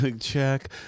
Check